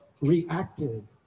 reacted